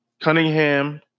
Cunningham